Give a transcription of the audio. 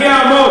אני אעמוד,